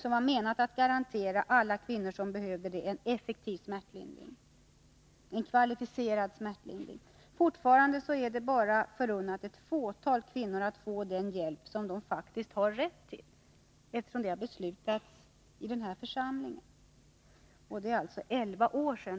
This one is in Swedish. som var menat att garantera alla kvinnor som behövde det en kvalificerad smärtlindring. Fortfarande är det bara förunnat ett fåtal kvinnor att få den hjälp som de faktiskt har rätt till, eftersom det har beslutats i den här församlingen.